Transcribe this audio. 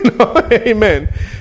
Amen